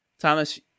Thomas